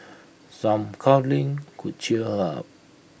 some cuddling could cheer her up